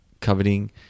coveting